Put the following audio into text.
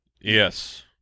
Yes